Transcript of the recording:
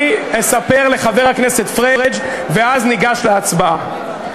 אני אספר לחבר הכנסת פריג', ואז ניגש להצבעה.